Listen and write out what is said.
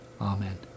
Amen